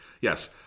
Yes